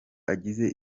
agize